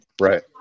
Right